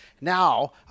Now